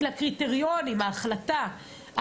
לקריטריונים להחלטה.